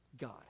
God